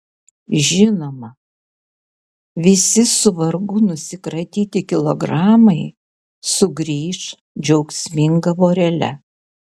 žinoma visi su vargu nusikratyti kilogramai sugrįš džiaugsminga vorele